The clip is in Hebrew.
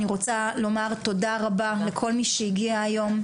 אני רוצה לומר תודה רבה לכל מי שהגיע היום,